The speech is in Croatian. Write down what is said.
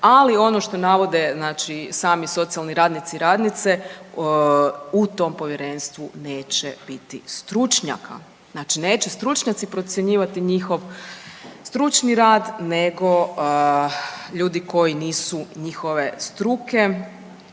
ali ono što navode znači sami socijalni radnici i radnice u tom povjerenstvu neće biti stručnjaka, znači neće stručnjaci procjenjivati njihov stručni rad nego ljudi koji nisu njihove struke,